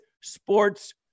sports